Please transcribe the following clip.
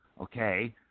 Okay